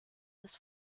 des